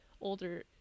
older